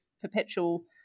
perpetual